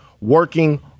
working